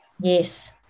Yes